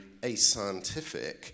ascientific